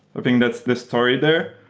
i think that's the story there.